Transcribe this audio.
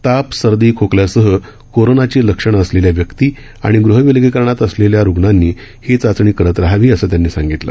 ताप सर्दी खोकल्यासह कोरोनोची लक्षणं असलेल्या व्यक्ती आणि गृहविलगीकरणात असलेले रुग्णांनी ही चाचणी करत रहावी असं त्यांनी सांगितलं